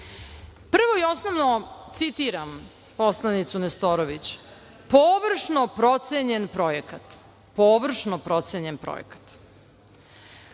i osnovno, citiram poslanicu Nestorović – površno procenjen projekat.